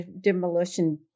demolition